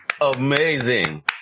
amazing